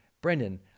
Brendan